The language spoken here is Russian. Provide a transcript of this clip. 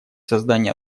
создание